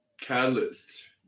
catalyst